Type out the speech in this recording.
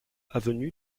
avenue